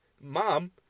mom